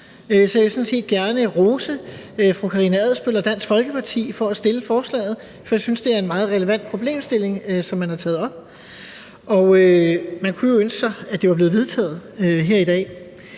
sådan set gerne rose fru Karina Adsbøl og Dansk Folkeparti for at fremsætte forslaget, for jeg synes, det er en meget relevant problemstilling, som man har taget op, og man kunne jo ønske sig, at det var blevet vedtaget her i dag.